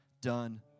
done